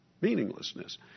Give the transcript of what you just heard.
Meaninglessness